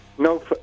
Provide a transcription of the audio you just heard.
No